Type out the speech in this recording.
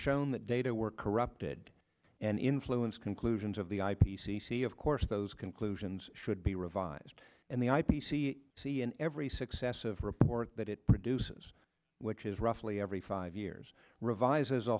shown that data were corrupted and influenced conclusions of the i p c c of course those conclusions should be revised and the i p c c see an every successive report that it produces which is roughly every five years revised as a